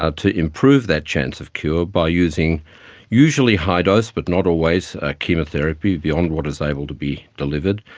ah to improve that chance of cure by using usually high dose but not always chemotherapy, beyond what is able to be delivered,